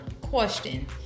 question